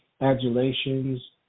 adulations